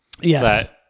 Yes